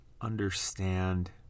understand